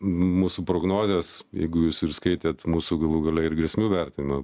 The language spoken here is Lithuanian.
mūsų prognozės jeigu jūs ir skaitėt mūsų galų gale ir grėsmių vertinimą